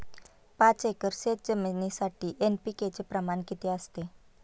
पाच एकर शेतजमिनीसाठी एन.पी.के चे प्रमाण किती असते?